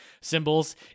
symbols